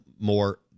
more